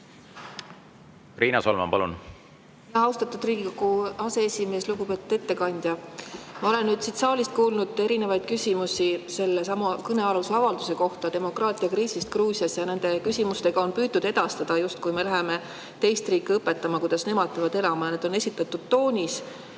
Riina Solman, palun!